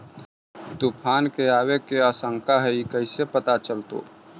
तुफान के आबे के आशंका है इस कैसे पता चलतै?